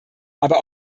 aber